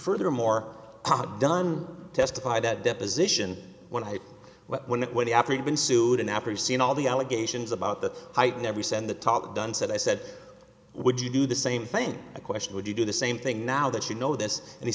furthermore not done testified that deposition when i when they operated been sued and after seeing all the allegations about the height never send the top done said i said would you do the same thing a question would you do the same thing now that you know this and he